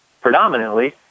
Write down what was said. predominantly